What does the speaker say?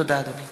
תודה, אדוני.